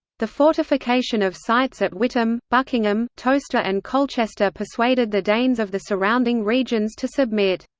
the fortification of sites at witham, buckingham, towcester and colchester persuaded the danes of the surrounding regions to submit.